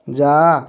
ଯାଆ